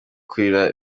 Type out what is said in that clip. kurira